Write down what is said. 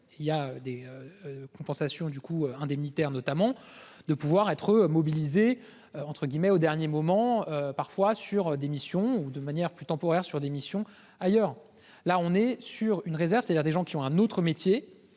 il y a des. Compensations du coup indemnitaire notamment de pouvoir être mobilisés entre guillemets au dernier moment, parfois sur des missions ou de manière plus temporaire sur des missions ailleurs, là on est sur une réserve, c'est-à-dire des gens qui ont un autre métier